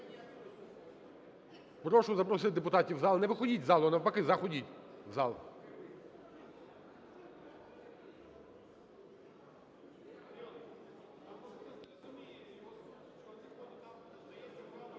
прошу запросити депутатів в зал. Не виходіть з залу, а навпаки заходіть в зал.